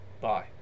Bye